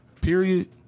period